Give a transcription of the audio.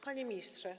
Panie Ministrze!